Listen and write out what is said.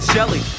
Shelly